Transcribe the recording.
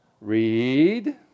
Read